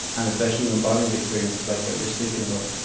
and especially embodied experiences like what you're speaking about,